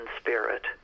spirit